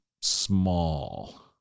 small